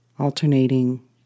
alternating